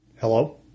Hello